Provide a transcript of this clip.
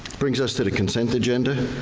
brings us to the consent agenda.